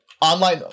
Online